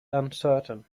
uncertain